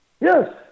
Yes